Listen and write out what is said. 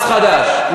יש מס חדש עכשיו,